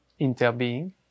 Interbeing